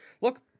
look